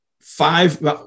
five